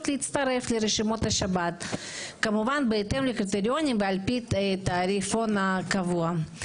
להצטרף לרשימות השב"ן כמובן בהתאם לקריטריונים ועל פי התעריפון הקבוע.